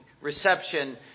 reception